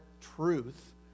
truth